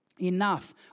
enough